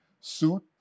suit